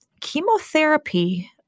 chemotherapy